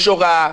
יש הוראה,